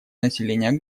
населения